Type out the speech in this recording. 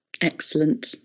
Excellent